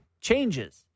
changes